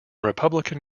republican